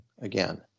again